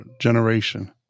generation